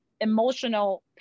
emotional